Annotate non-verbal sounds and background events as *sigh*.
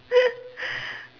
*laughs*